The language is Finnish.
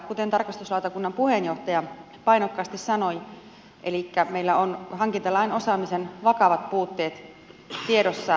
kuten tarkastusvaliokunnan puheenjohtaja painokkaasti sanoi meillä on hankintalain osaamisen vakavat puutteet tiedossa